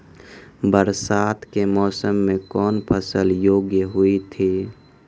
बरसात के मौसम मे कौन फसल योग्य हुई थी?